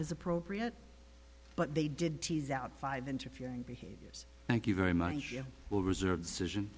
is appropriate but they did tease out five interfering behaviors thank you very much you will reserve decision